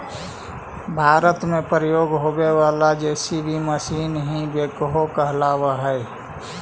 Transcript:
भारत में प्रयोग होवे वाला जे.सी.बी मशीन ही बेक्हो कहलावऽ हई